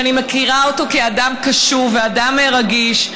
שאני מכירה אותו כאדם קשוב ואדם רגיש,